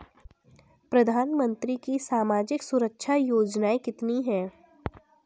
प्रधानमंत्री की सामाजिक सुरक्षा योजनाएँ कितनी हैं?